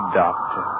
doctor